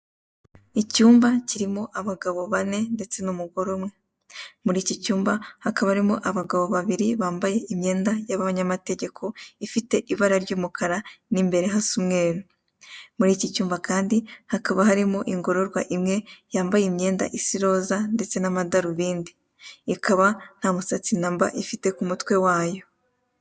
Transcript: Icyumba kirimo abagabo bane ndetse n'umugore umwe. Muri iki cyumba hakaba harimo abagabo babiri bambaye imyenda y'abanyamategeko ifite ibara ry'umukara mo imbere hasa umweru. Muri iki cyumba kandi hakaba harimo ingororwa imwe yambaye imyenda isa iroza ndetse n'amadarubindi, ikaba nta musatsi namba ifite ku mutwe wayo.